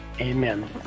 Amen